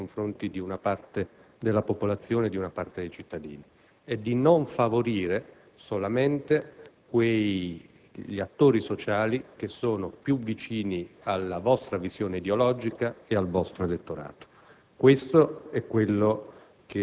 fortemente discriminatorie nei confronti di una parte della popolazione, di una parte dei cittadini; vi chiediamo inoltre di non favorire solamente quegli attori sociali che sono più vicini alla vostra visione ideologica e dei vostri interessi